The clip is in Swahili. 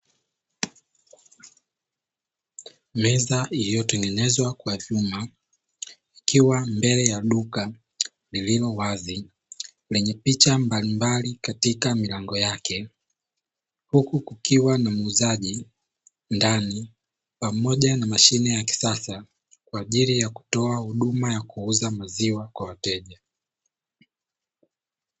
Meza iliyotengenezwa kwa chuma ikiwa mbele ya duka lililowazi lenye picha mbalimbali katika milango yake, huku kukiwa na muuzaji ndani pamoja na mashine ya kisasa kwa ajili ya kutoa huduma ya kuuza maziwa kwa wateja.